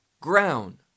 ground